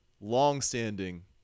longstanding